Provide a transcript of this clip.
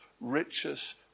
richest